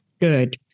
Good